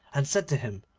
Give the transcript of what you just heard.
and said to him,